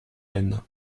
aisne